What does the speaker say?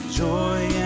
joy